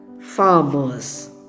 farmers